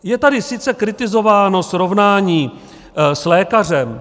Je tady sice kritizováno srovnání s lékařem.